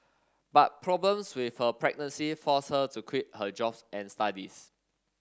but problems with her pregnancy forced her to quit her jobs and studies